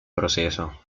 proceso